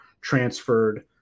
transferred